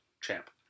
champ